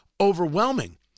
overwhelming